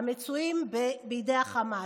המצויים בידי החמאס.